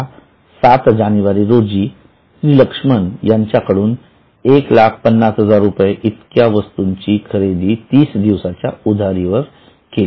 आता ७ जानेवारी रोजी लक्ष्मण यांच्याकडून १५०००० इतक्या वस्तूची खरेदी ३० दिवसाच्या उधारीवर केली